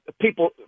people